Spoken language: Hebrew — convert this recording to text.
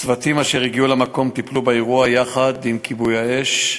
צוותים אשר הגיעו למקום טיפלו באירוע יחד עם כיבוי האש.